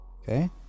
okay